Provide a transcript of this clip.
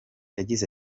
yagize